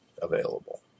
available